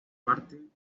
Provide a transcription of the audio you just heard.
martí